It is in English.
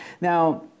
now